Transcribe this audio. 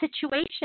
situation